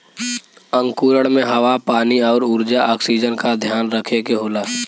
अंकुरण में हवा पानी आउर ऊर्जा ऑक्सीजन का ध्यान रखे के होला